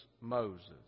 Moses